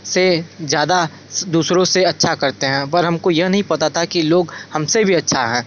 से ज़्यादा दूसरों से अच्छा करते हैं पर हमको यह नहीं पता था कि लोग हमसे भी अच्छा हैं